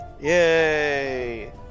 Yay